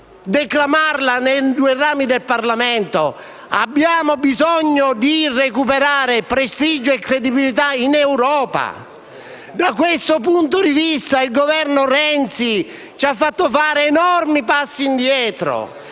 declamarla oggi nei due rami del Parlamento. Abbiamo bisogno di recuperare prestigio e credibilità in Europa. Da questo punto di vista il Governo Renzi ci ha fatto fare enormi passi indietro.